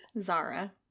Zara